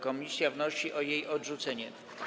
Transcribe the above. Komisja wnosi o jej odrzucenie.